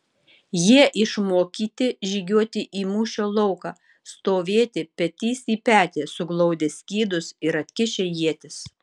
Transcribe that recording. jie išmokyti žygiuoti į mūšio lauką stovėti petys į petį suglaudę skydus ir atkišę ietis